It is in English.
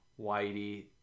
Whitey